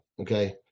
okay